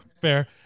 Fair